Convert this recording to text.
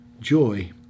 joy